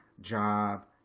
job